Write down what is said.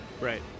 Right